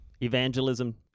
evangelism